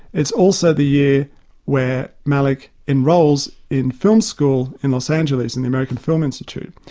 it's also the year where malick enrols in film school in los angeles in the american film institute.